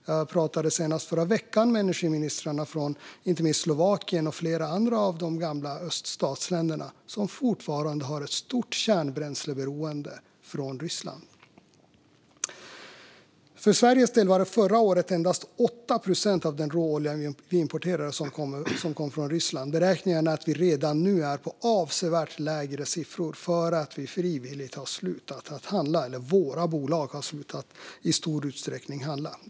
Jag pratade senast i förra veckan med energiministern i Slovakien och energiministrarna i flera andra öststatsländer som fortfarande har ett stort beroende av kärnbränsle från Ryssland. Förra året var det endast 8 procent av den råolja som vi i Sverige importerade som kom från Ryssland. Beräkningen är att vi redan nu är på avsevärt lägre nivåer därför att vi frivilligt har slutat att handla, eller därför att våra bolag i stor utsträckning har slutat att handla.